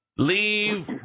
Leave